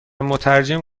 مترجم